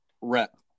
rep